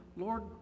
Lord